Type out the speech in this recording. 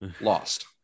lost